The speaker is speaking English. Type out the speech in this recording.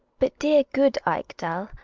but, dear good ekdal,